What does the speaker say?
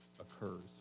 occurs